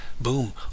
boom